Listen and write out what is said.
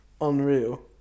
unreal